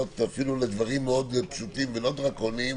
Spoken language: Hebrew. אפילו לדברים מאוד פשוטים ולא דרקוניים,